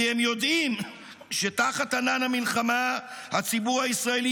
כי הם יודעים שתחת ענן המלחמה הציבור הישראלי